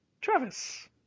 travis